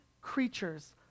creatures